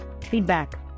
feedback